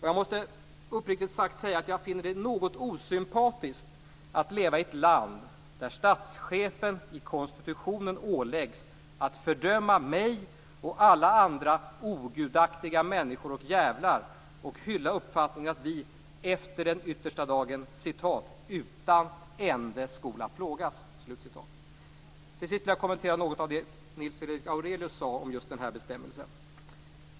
Jag måste uppriktigt sagt säga att jag finner det något osympatiskt att leva i ett land där statschefen i konstitutionen åläggs att fördöma mig och alla andra "ogudaktiga människor och djävlar" och hylla uppfattningen att vi efter den yttersta dagen "utan ände skola plågas". Till sist vill jag kommentera något av det Nils Fredrik Aurelius sade om just denna bestämmelse.